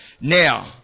Now